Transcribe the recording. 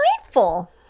mindful